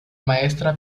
maestra